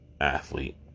athlete